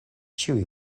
ĉiuj